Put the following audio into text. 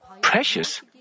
precious